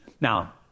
Now